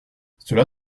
cela